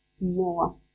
more